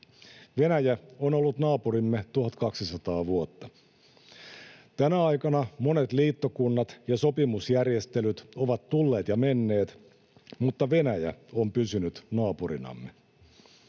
Venäjä on ollut naapurimme 1 200 vuotta. Tänä aikana monet liittokunnat ja sopimusjärjestelyt ovat tulleet ja menneet, mutta Venäjä on pysynyt naapurinamme.